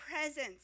presence